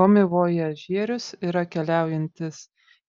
komivojažierius yra keliaujantis